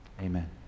Amen